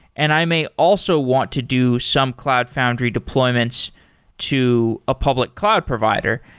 and i may also want to do some cloud foundry deployments to a public cloud provider.